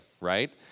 right